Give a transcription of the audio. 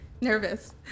Nervous